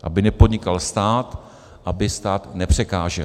Aby nepodnikal stát, aby stát nepřekážel.